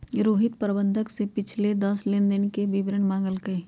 रोहित प्रबंधक से पिछले दस लेनदेन के विवरण मांगल कई